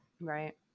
right